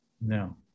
No